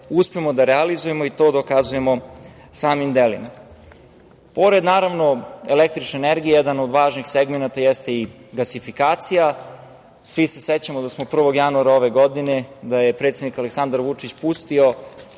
uspemo da realizujemo i to dokazujemo samim delima. Pored električne energije, jedan od važnih segmenata jeste i gasifikacija. Svi se sećamo da smo 1. januara ove godine, da je predsednik Aleksandar Vučić pustio